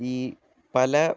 ഈ പല